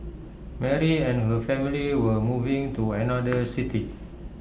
Mary and her family were moving to another city